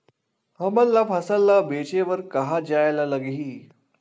हमन ला फसल ला बेचे बर कहां जाये ला लगही?